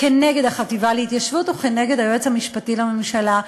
כנגד החטיבה להתיישבות וכנגד היועץ המשפטי לממשלה,